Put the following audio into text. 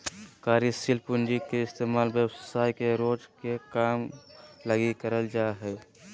कार्यशील पूँजी के इस्तेमाल व्यवसाय के रोज के काम लगी करल जा हय